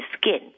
skin